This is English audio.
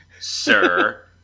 sir